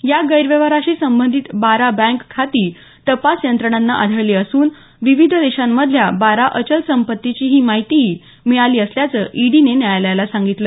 या गैरव्यवराशी संबंधित बारा बँक खाती तपास यंत्रणांना आढळली असून विविध देशांमधल्या बारा अचल संपत्तीची माहितीही मिळाली असल्याचं ईडीनं न्यायालयाला सांगितलं